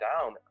down